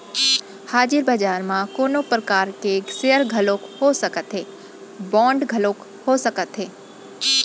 हाजिर बजार म कोनो परकार के सेयर घलोक हो सकत हे, बांड घलोक हो सकत हे